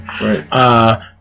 Right